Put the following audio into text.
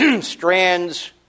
strands